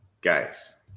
guys